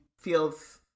feels